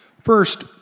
First